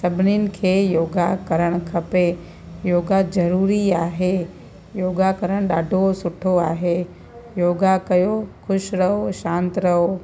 सभिनीनि खे योगा करणु खपे योगा ज़रूरी आहे योगा करणु ॾाढो सुठो आहे योगा कयो ख़ुशि रहो शांति रहो